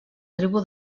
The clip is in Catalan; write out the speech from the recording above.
tribu